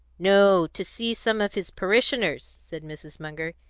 no to see some of his parishioners, said mrs. munger.